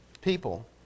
people